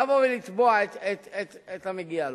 לבוא ולתבוע את המגיע לו.